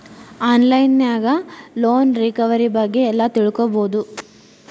on line ನ್ಯಾಗ loan recovery ಬಗ್ಗೆ ಎಲ್ಲಾ ತಿಳ್ಕೊಬೊದು